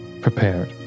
prepared